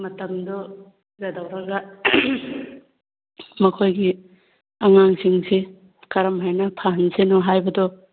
ꯆꯇꯝꯗꯨ ꯀꯩꯗꯧꯔꯒ ꯃꯈꯣꯏꯒꯤ ꯑꯉꯥꯥꯁꯤꯡꯁꯦ ꯀꯔꯝ ꯍꯥꯏꯅ ꯐꯍꯟꯁꯤꯒꯦ ꯍꯥꯏꯕꯗꯨ